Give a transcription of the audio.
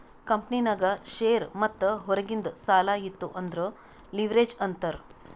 ಕಂಪನಿನಾಗ್ ಶೇರ್ ಮತ್ತ ಹೊರಗಿಂದ್ ಸಾಲಾ ಇತ್ತು ಅಂದುರ್ ಲಿವ್ರೇಜ್ ಅಂತಾರ್